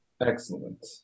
excellent